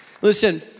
Listen